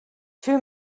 two